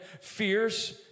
fierce